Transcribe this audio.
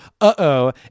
uh-oh